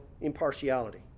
impartiality